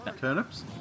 Turnips